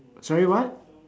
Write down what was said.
sorry what